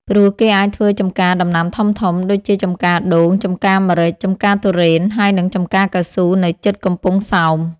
ព្រោះគេអាចធ្វើចំការដំណាំធំៗ ដូចជាចំការដូង ចំការម្រេច ចំការធូរេន ហើយនិងចំការកៅស៊ូនៅជិតកំពង់ សោម ។